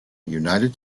united